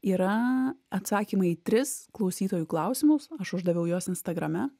yra atsakymai į tris klausytojų klausimus aš uždaviau juos instagrame